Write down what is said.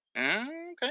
Okay